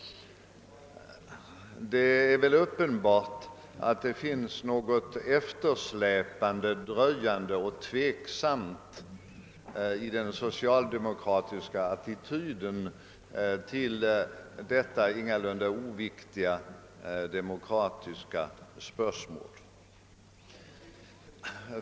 Det är väl uppenbart att det finns något eftersläpande, dröjande och tveksamt i den socialdemokratiska attityden till detta ingalunda oviktiga demokratiska spörsmål.